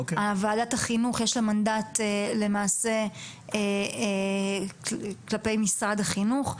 ועדת החינוך יש לה מנדט למעשה כלפי משרד החינוך.